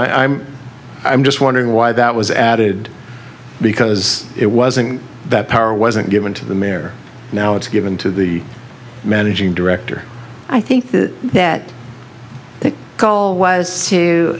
so i'm i'm just wondering why that was added because it wasn't that power wasn't given to the mayor now it's given to the managing director i think that the call was to